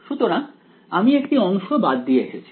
সুতরাং আমি একটি অংশ বাদ দিয়ে এসেছি